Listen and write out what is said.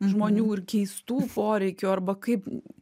žmonių ir keistų poreikių arba kaip